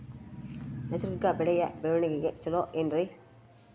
ನೈಸರ್ಗಿಕ ಬೆಳೆಯ ಬೆಳವಣಿಗೆ ಚೊಲೊ ಏನ್ರಿ?